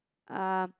um